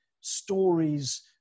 stories